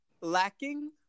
lacking